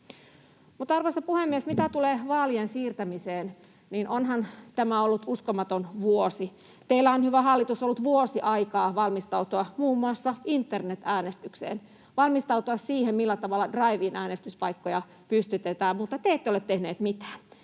arvoisa puhemies, mitä tulee vaalien siirtämiseen, niin onhan tämä ollut uskomaton vuosi. Teillä on, hyvä hallitus, ollut vuosi aikaa valmistautua muun muassa internet-äänestykseen, valmistautua siihen, millä tavalla drive-in-äänestyspaikkoja pystytetään, mutta te ette ole tehneet mitään.